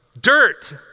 dirt